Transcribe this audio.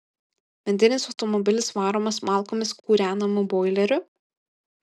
medinis automobilis varomas malkomis kūrenamu boileriu